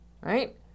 right